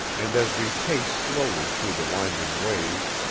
and as we pace slowly through the winding ways,